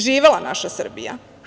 Živela naša Srbija.